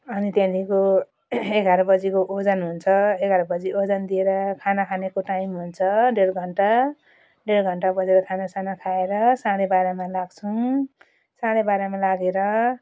अनि त्यहाँदेखिको एघार बजीको ओजन हुन्छ एघार बजी ओजन दिएर खाना खानेको टाइम हुन्छ डेढ घन्टा डेढ घन्टा बोलेर खानासाना खाएर साढे बाह्रमा लाग्छौँ साढे बाह्रमा लागेर